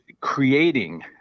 creating